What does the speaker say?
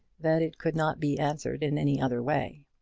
that it could not be answered in any other way.